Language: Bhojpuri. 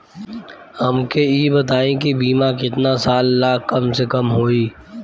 हमके ई बताई कि बीमा केतना साल ला कम से कम होई?